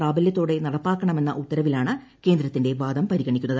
പ്രാബല്യത്തോടെ നടപ്പാക്കണമെന്ന ഉത്തരവിലാണ് കേന്ദ്രത്തിന്റെ വാദം പരിഗണിക്കുന്നത്